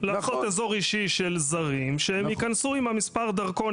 לעשות אזור אישי של זרים שהם ייכנסו עם מספר הדרכון.